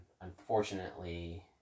unfortunately